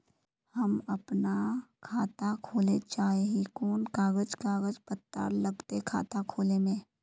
हम अपन खाता खोले चाहे ही कोन कागज कागज पत्तार लगते खाता खोले में?